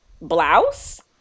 blouse